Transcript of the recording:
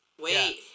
Wait